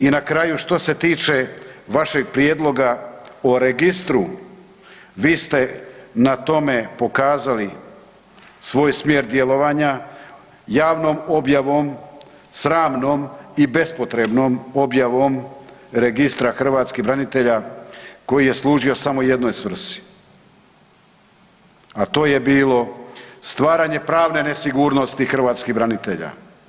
I na kraju što se tiče vašeg prijedloga o registru vi ste na tome pokazali svoj smjer djelovanja javnom objavom, sramnom i bespotrebnom objavom Registra hrvatskih branitelja koji je služio samo jednoj svrsi, a to je bilo stvaranje pravne nesigurnosti hrvatskih branitelja.